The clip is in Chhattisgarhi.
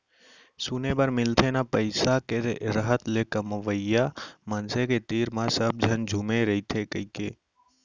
सुने बर मिलथे ना पइसा के रहत ले कमवइया मनसे के तीर म सब झन झुमे रइथें कइके